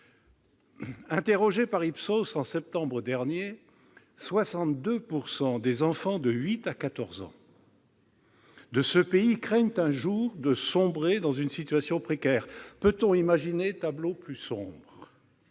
Interrogés par Ipsos en septembre dernier, 62 % des enfants de 8 à 14 ans de ce pays craignent, un jour, de sombrer dans une situation précaire. Peut-on imaginer tableau plus sombre ?